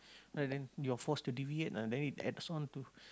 then you are forced to deviate ah then it adds on to